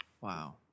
Wow